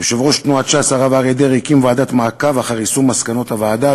יושב-ראש ש"ס הרב אריה דרעי הקים ועדת למעקב אחר יישום מסקנות הוועדה,